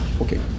Okay